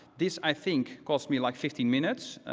this, i think, cost me like fifteen minutes.